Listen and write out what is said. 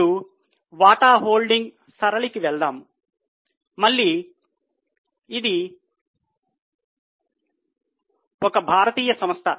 ఇప్పుడు వాటా హోల్డింగ్ సరళికి వెళ్దాం మళ్ళీ అది ఒక భారతీయ సంస్థ